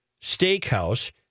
steakhouse